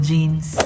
Jeans